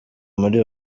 muri